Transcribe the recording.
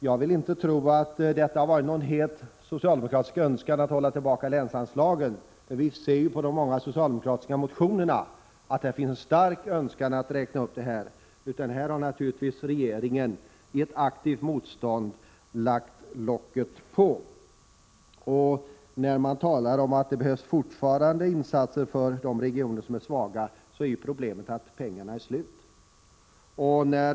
Jag vill inte tro att det varit någon het socialdemokratisk önskan att hålla tillbaka länsanslagen — vi ser ju på de många socialdemokratiska motionerna att det finns en stark önskan att räkna upp dem — utan här har naturligtvis regeringen i ett aktivt motstånd lagt locket på. Man talar om att det fortfarande behövs insatser för de regioner som är svaga. Men problemet är ju att pengarna är slut.